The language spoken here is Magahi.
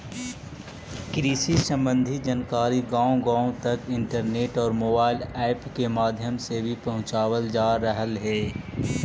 कृषि संबंधी जानकारी गांव गांव तक इंटरनेट और मोबाइल ऐप के माध्यम से भी पहुंचावल जा रहलई हे